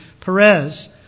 Perez